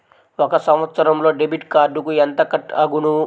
ఒక సంవత్సరంలో డెబిట్ కార్డుకు ఎంత కట్ అగును?